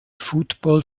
football